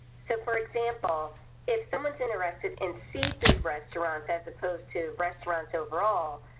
so for example if someone is interested in seafood restaurants as opposed to restaurants overall